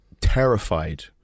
terrified